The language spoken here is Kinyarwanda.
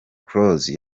close